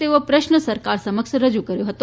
તેવો પ્રશ્ન સરકાર સમક્ષ રજૂ કરીયો હતો